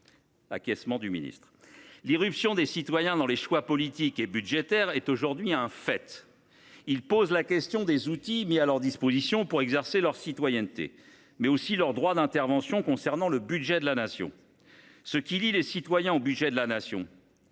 L’irruption des citoyens dans les choix politiques et budgétaires est aujourd’hui un fait. Ceux ci s’interrogent sur les outils mis à leur disposition pour exercer leur citoyenneté, mais aussi leur droit d’intervention concernant le budget de la Nation. Ce qui lie les citoyens au budget de la Nation,